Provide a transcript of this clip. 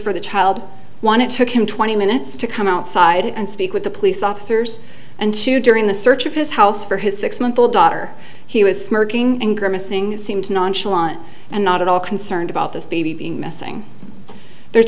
for the child one it took him twenty minutes to come outside and speak with the police officers and to during the search of his house for his six month old daughter he was smirking and grimacing seem to nonchalant and not at all concerned about this baby being missing there's